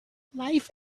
life